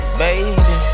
baby